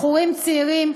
בחורים צעירים,